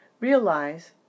realize